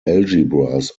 algebras